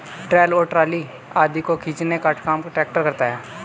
trailer और trolley आदि को खींचने का काम ट्रेक्टर करता है